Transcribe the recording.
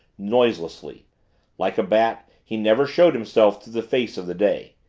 noiselessly like a bat he never showed himself to the face of the day.